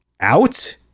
out